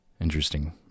Interesting